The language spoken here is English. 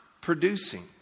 producing